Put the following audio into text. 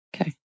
Okay